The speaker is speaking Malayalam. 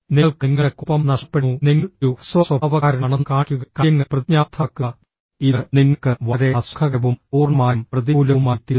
നിങ്ങൾക്ക് നിങ്ങളുടെ കോപം നഷ്ടപ്പെടുന്നു നിങ്ങൾ ഒരു ഹ്രസ്വ സ്വഭാവക്കാരനാണെന്ന് കാണിക്കുക കാര്യങ്ങൾ പ്രതിജ്ഞാബദ്ധമാക്കുക ഇത് നിങ്ങൾക്ക് വളരെ അസുഖകരവും പൂർണ്ണമായും പ്രതികൂലവുമായിത്തീരുന്നു